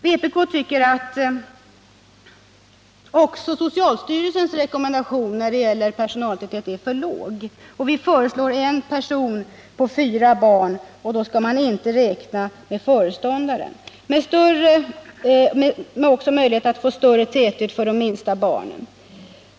Vpk tycker att även socialstyrelsens rekommendation när det gäller personaltäthet är för låg och föreslår 1 person på 4 barn, föreståndaren oräknad, med möjlighet till större täthet för de allra minsta barnen.